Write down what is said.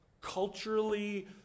culturally